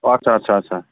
अ आच्चा आच्चा